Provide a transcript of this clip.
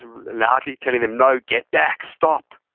loudly telling them, no, get back. stop,